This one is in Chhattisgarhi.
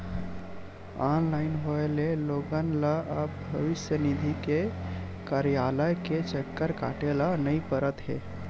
ऑनलाइन होए ले लोगन ल अब भविस्य निधि के कारयालय के चक्कर काटे ल नइ परत हे